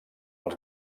els